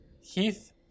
Heath